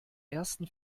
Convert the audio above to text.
ersten